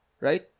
Right